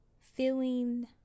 Feeling